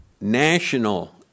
national